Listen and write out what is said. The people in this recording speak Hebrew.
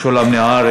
משולם נהרי,